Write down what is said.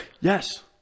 Yes